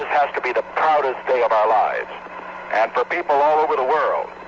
has to be the proudest day of our lives. and for people all over the world,